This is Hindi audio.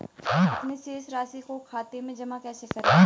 अपने शेष राशि को खाते में जमा कैसे करें?